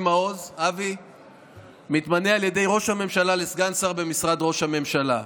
מעוז מתמנה על ידי ראש הממשלה לסגן שר במשרד ראש הממשלה,